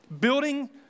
building